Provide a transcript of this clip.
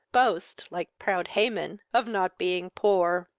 boast, like proud haman, of not being poor!